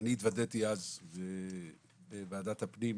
אני התוודעתי אז בוועדת הפנים,